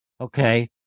okay